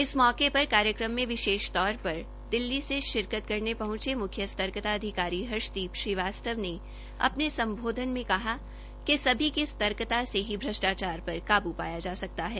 इस मौके पर कार्यक्रम में विशेष तौर पर दिल्ली से शिरकत करने पहंचे म्ख्य सर्तकता अधिकारी हर्षदीप श्रीवास्तव ने अपने सम्बोधन मे कहा कि सभी की सर्तकता से ही भ्रष्टाचार पर काबू पाया जा सकता है